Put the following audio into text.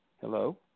Hello